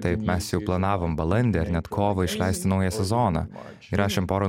taip mes jau planavom balandį ar net kovą išleisti naują sezoną įrašėm pora